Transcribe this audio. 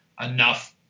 enough